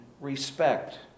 respect